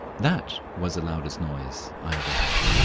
that was the loudest noise i ever heard.